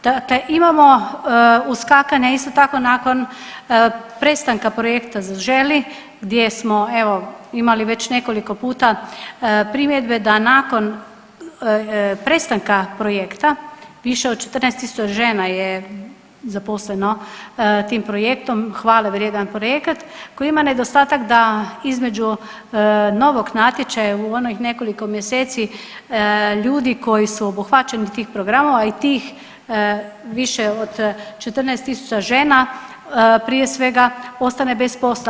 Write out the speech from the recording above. Dakle imamo uskakanja isto tako nakon prestanka projekta „Zaželi“ gdje smo evo imali već nekoliko puta primjedbe da nakon prestanka projekta više od 14000 žena je zaposleno tim projektom, hvale vrijedan projekat koji ima nedostatak da između novog natječaja u onih nekoliko mjeseci ljudi koji su obuhvaćeni tim programom, a i tih više od 14000 žena prije svega ostane bez posla.